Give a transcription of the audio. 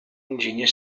enginyer